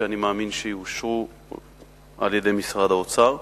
שאני מאמין שיאושרו על-ידי משרד האוצר.